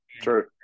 true